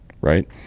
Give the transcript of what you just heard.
right